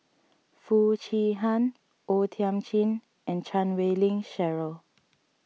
Foo Chee Han O Thiam Chin and Chan Wei Ling Cheryl